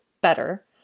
better